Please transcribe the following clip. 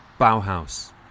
Bauhaus